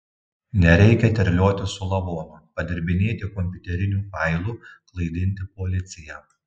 nereikia terliotis su lavonu padirbinėti kompiuterinių failų klaidinti policiją